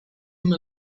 him